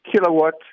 kilowatt